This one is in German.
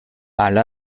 alle